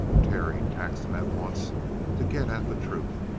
terry taxed him at once to get at the truth.